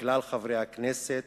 לכלל חברי הכנסת,